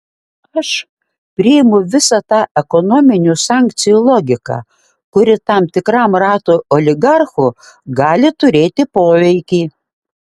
aš priimu visą tą ekonominių sankcijų logiką kuri tam tikram ratui oligarchų gali turėti poveikį